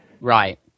Right